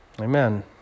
Amen